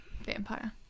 vampire